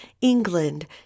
England